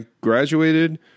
graduated